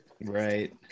Right